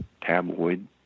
tabloid